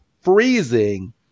freezing